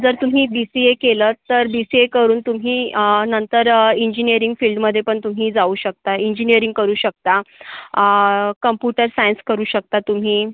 जर तुम्ही B C A केलंत तर बी सी ए करून तुम्ही नंतर इंजिनिअरिंग फिल्डमध्ये पण तुम्ही जाऊ शकता इंजिनिअरिंग करू शकता कम्पुटर सायन्स करू शकता तुम्ही